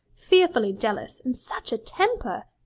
fearfully jealous, and such a temper!